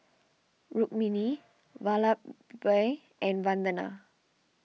Rukmini Vallabhbhai and Vandana